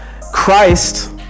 christ